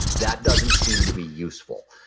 that doesn't seem to be useful.